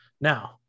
now